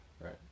Right